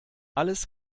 alles